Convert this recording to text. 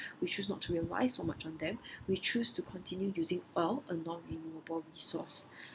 we choose not to rely so much on them we choose to continue using oil a non-renewable resource